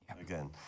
again